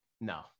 no